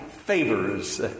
favors